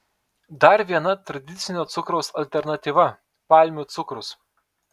dar viena tradicinio cukraus alternatyva palmių cukrus